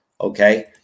Okay